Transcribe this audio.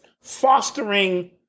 fostering